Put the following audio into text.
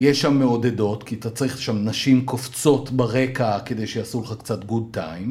יש שם מעודדות, כי אתה צריך שם נשים קופצות ברקע כדי שיעשו לך קצת גוד טיים.